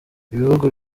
ibihugu